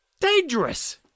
dangerous